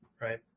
right